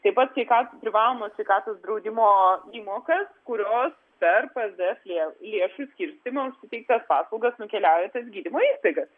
taip pat sveika privalomo sveikatos draudimo įmokas kurios per bazes lė lėšų skirstymo suteiktas paslaugas nukeliauja į tas gydymo įstaigas